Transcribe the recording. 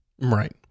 Right